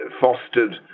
fostered